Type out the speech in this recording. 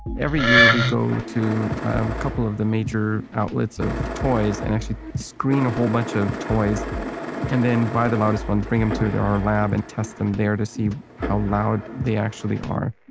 every year we go to a couple of the major outlets of toys and actually screen a whole bunch of toys and then buy the loudest ones, bring them to to our lab and test them there to see how loud they actually are